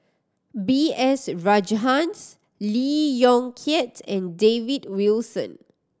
B S Rajhans Lee Yong Kiat and David Wilson